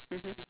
mmhmm